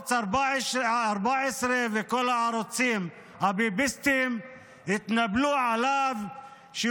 ערוץ 14 וכל הערוצים הביביסטיים התנפלו עליו שהוא